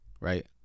Right